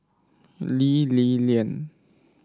Lee Li Lian